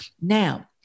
Now